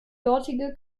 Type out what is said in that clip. dortige